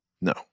No